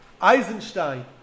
Eisenstein